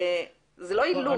זה לא אילוץ.